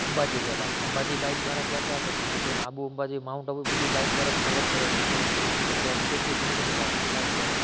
અંબાજી ગયા હતા અંબાજી બાઇક દ્વારા ગયા હતા પછી ત્યાંથી અમે આબુ અંબાજી માઉન્ટ આબુ બધુંય બાઇક દ્વારા જ કવર કરેલું છે પછી આ સ્ટેચ્યુ ઓફ યુનિટી પણ બાઇક દ્વારા